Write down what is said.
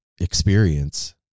experience